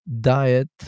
diet